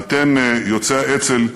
ואתם, יוצאי האצ"ל,